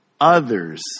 others